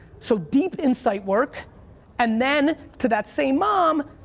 so, deep insight work and then, to that same mom,